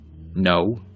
No